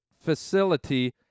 facility